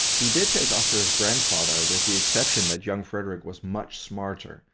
he did take after his grandfather, with the exception that young frederick was much smarter,